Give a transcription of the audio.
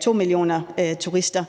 2 millioner turister,